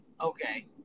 Okay